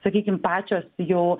sakykim pačios jo